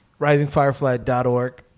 Risingfirefly.org